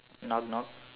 knock knock